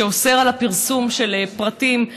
שאוסר את הפרסום של פרטים,